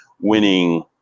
winning